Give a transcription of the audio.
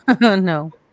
no